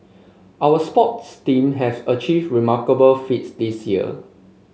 our sports team has achieved remarkable feats this year